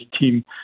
team